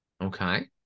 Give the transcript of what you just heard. Okay